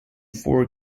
four